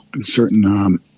certain